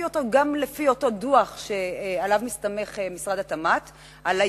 גם לפי אותו דוח שמשרד התמ"ת מסתמך עליו,